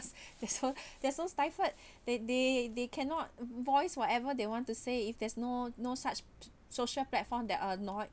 they're so they're so stifled they they they cannot voice whatever they want to say if there's no no such social platform that annoy